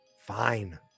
fine